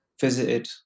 visited